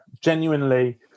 Genuinely